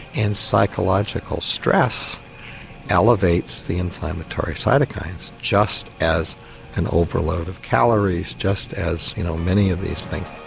and psychological stress elevates the inflammatory cytokines, just as an overload of calories, just as you know many of these things.